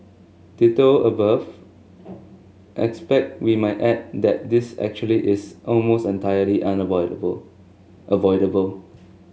ditto above expect we might add that this actually is almost entirely unavoidable avoidable